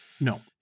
No